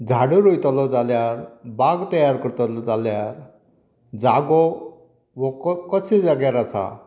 झाडां रोयतलो जाल्यार बाग तयार करतलो जाल्यार जागो वो कशे जाग्यार आसा